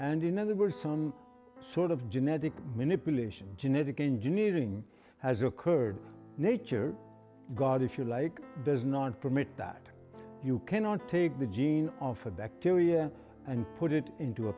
and in other words some sort of genetic manipulation genetic engineering has occurred nature god if you like does not permit that you cannot take the gene for bacteria and put it into a